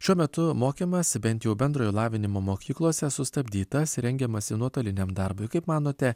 šiuo metu mokymąsi bent jau bendrojo lavinimo mokyklose sustabdytas rengiamasi nuotoliniam darbui kaip manote